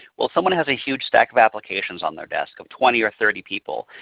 well someone has a huge stack of applications on their desk of twenty or thirty people.